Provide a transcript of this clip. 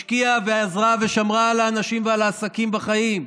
השקיעה ועזרה ושמרה על האנשים ועל העסקים בחיים.